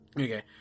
Okay